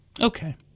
Okay